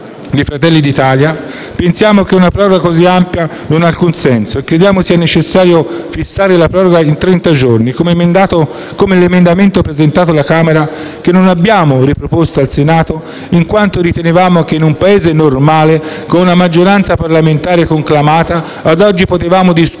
Fratelli d'Italia pensiamo che una proroga così ampia non abbia alcun senso e crediamo sia necessario fissare la proroga in trenta giorni, come previsto dall'emendamento presentato alla Camera dei deputati, che non abbiamo riproposto al Senato in quanto ritenevamo che in un Paese normale, con una maggioranza parlamentare conclamata, ad oggi avremmo potuto